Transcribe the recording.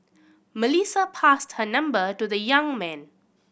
Melissa passed her number to the young man